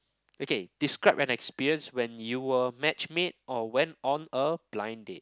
okay describe an experience when you were match made or went on a blind date